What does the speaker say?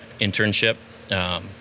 internship